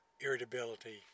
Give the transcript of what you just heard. irritability